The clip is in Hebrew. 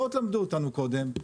בואו תלמדו אותנו קודם,